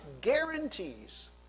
guarantees